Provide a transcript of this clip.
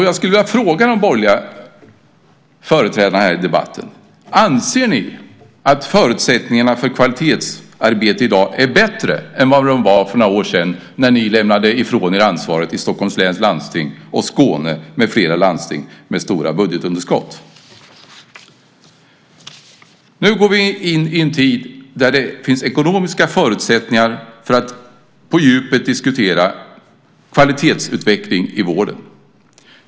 Jag skulle vilja ställa en fråga till de borgerliga företrädarna här i debatten. Anser ni att förutsättningarna för kvalitetsarbete i dag är bättre än vad de var för några år sedan när ni lämnade ifrån er ansvaret i Stockholms läns landsting, landstinget i Skåne med flera landsting med stora budgetunderskott? Nu går vi in i en tid då det finns ekonomiska förutsättningar för att på djupet diskutera kvalitetsutveckling i vården.